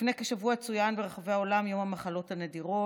לפני כשבוע צוין ברחבי העולם יום המחלות הנדירות.